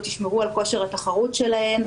ישמרו על כושר התחרות שלהן,